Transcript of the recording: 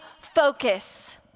focus